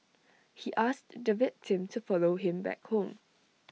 he asked the victim to follow him back home